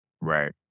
Right